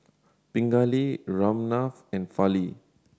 Pingali Ramnath and Fali